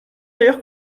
ellos